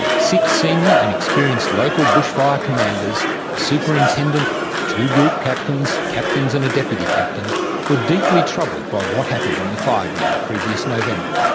six senior and experienced local bushfire commanders a superintendent two group captains, captains, and a deputy captain were deeply troubled by what happened on the fire-ground the previous november.